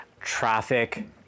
traffic